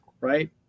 Right